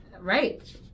right